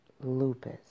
Lupus